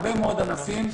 להרבה מאוד ענפים,